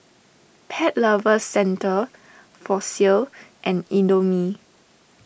Pet Lovers Centre Fossil and Indomie